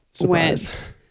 went